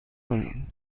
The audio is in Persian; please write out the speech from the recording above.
کنید